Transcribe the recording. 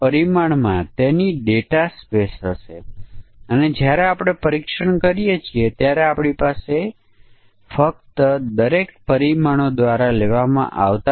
હવે phone number વિશે શું કે જે વિસ્તાર કોડ અને પ્રત્યય દ્વારા આપવામાં આવે છે